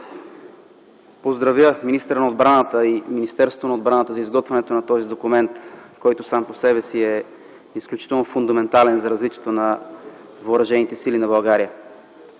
поздравя министъра на отбраната и Министерството на отбраната за изготвянето на този документ, който сам по себе си е изключително фундаментален за развитието на въоръжените сили на България.